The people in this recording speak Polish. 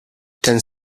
ten